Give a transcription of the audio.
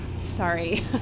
sorry